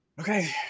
Okay